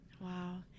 Wow